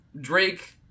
Drake